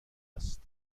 است